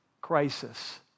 crisis